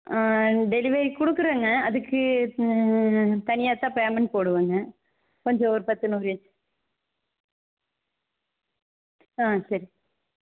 சரி ஓகேங்க இப்போதிக்கு ரொம்ப பெயின்னாக இருந்துச்சுனா ஐஸ்ஸை வச்சுகிட்டு வாங்க இங்கே வந்துவிட்டு ஸ்கேன் பண்ணுவோம் முதல்ல இங்கே டாக்டர் இருக்காங்க அவங்கள்கிட்ட ஒரு கன்சல் பண்ணிவிட்டு